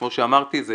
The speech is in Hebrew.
כמו שאמרתי, זה